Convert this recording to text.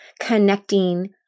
connecting